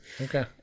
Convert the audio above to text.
okay